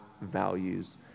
values